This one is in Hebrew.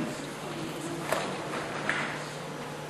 (חברי הכנסת מכבדים בקימה את זכרו של המנוח.)